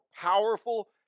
powerful